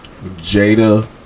Jada